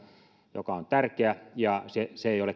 joka on tärkeä ja se ei ole kaupan